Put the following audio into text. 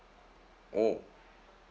oh